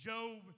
Job